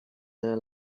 there